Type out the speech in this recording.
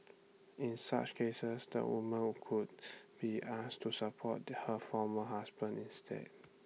in such cases the woman could be asked to support her former husband instead